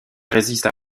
résista